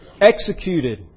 executed